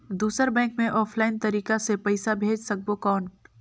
दुसर बैंक मे ऑफलाइन तरीका से पइसा भेज सकबो कौन?